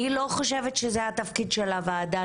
אני לא חושבת שזה התפקיד של הוועדה,